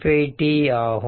5t ஆகும்